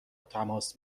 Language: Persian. تماس